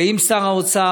ועם שר האוצר,